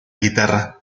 guitarra